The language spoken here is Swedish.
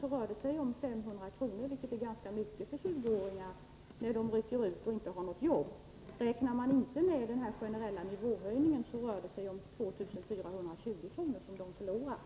rör det sig om 500 kr., vilket är ganska mycket för 20-åringar när de rycker ut och inte har något jobb. Om man inte räknar med den generella nivåhöjningen rör det sig om 2 420 kr. som de förlorar.